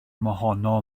mohono